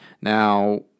Now